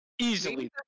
easily